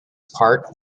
part